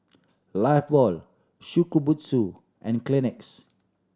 Lifebuoy Shokubutsu and Kleenex